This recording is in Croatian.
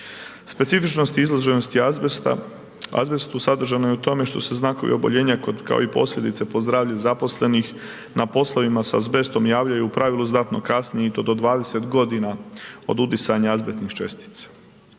Specifičnosti izloženosti azbestu sadržano je u tome što se znakovi oboljenja kao i posljedice po zdravlje zaposlenih na poslovima sa azbestom u pravilu javljaju znatno kasnije i to do 20 godina od udisanja azbestnih čestica.